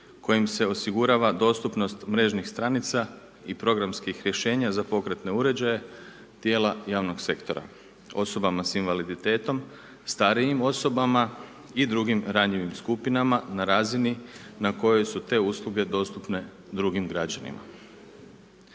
kojim se osigurava dostupnost mrežnih stranica i programskih rješenja za pokretne uređaje dijela javnog sektora osoba s invaliditetom, starijim osobama i drugim ranjivim skupinama na razini na kojoj su te usluge dostupne drugim građanima.